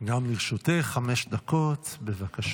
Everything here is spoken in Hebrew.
גם לרשותך חמש דקות, בבקשה.